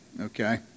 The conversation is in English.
Okay